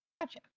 Gotcha